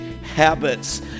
habits